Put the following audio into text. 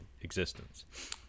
existence